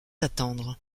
attendre